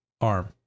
ARM